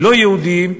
לא-יהודיים,